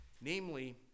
namely